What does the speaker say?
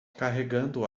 carregando